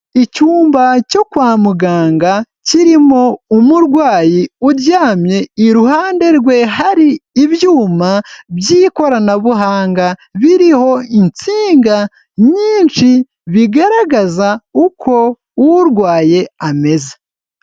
Icyumba cyo kwa muganga kirimo umurwayi uryamye, iruhande rwe hari ibyuma by'ikoranabuhanga biriho insinga nyinshi, bigaragaza uko urwaye ameze.